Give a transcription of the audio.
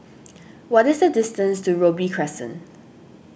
what is the distance to Robey Crescent